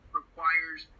requires